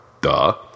duh